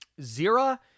Zira